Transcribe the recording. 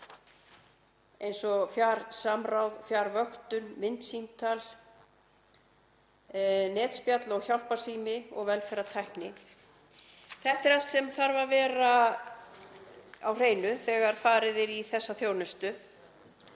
eins og á fjarsamráði, fjarvöktun, myndsamtali, netspjalli og hjálparsíma, og velferðartækni. Þetta þarf allt að vera á hreinu þegar farið er í þessa þjónustu.